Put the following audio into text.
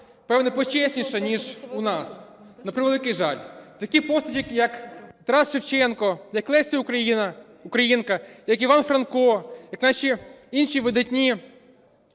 певно, почесніше, ніж у нас, на превеликий жаль. Такі постаті, як Тарас Шевченко, як Леся Українка, як Іван Франко, як наші інші видатні